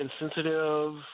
insensitive